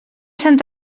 sant